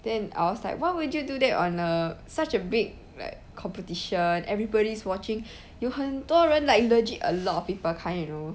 then I was like what would you do that on a such a big like competition everybody's watching 有很多人 like legit a lot of people kind you know